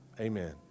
Amen